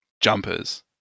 jumpers